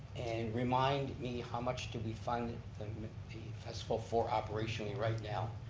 and remind me how much did we fine the festival for operationally right now?